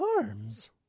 arms